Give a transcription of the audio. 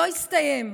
לא הסתיים.